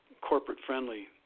corporate-friendly